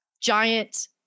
giant